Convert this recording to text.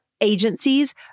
agencies